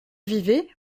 vivait